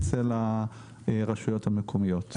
אצל הרשויות המקומית.